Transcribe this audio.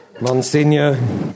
Monsignor